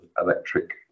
electric